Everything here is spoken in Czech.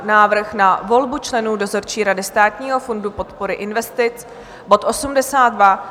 Návrh na volbu členů dozorčí rady Státního fondu podpory investic, bod 82